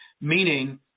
Meaning